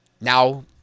Now